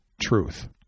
truth